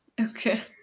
Okay